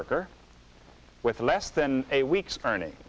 worker with less than a week's ernie